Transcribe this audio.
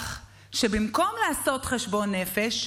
אני מצירה על כך שבמקום לעשות חשבון נפש,